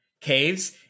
caves